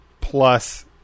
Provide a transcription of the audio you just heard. plus